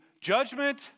judgment